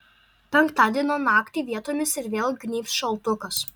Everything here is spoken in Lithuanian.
penktadienio naktį vietomis ir vėl gnybs šaltukas